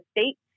state